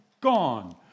gone